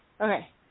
Okay